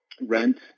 rent